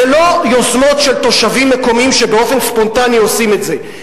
זה לא יוזמות של תושבים מקומיים שבאופן ספונטני עושים את זה.